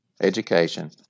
education